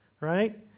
Right